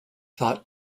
thought